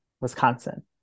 Wisconsin